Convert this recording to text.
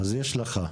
יש לך כבר.